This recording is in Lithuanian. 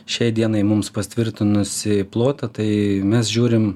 šiai dienai mums tvirtinusį plotą tai mes žiūrim